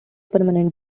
permanent